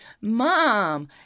Mom